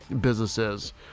businesses